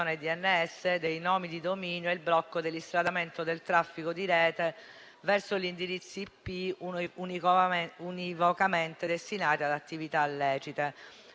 il blocco dell'instradamento del traffico di rete verso gli indirizzi IP univocamente destinati ad attività illecite.